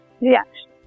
reaction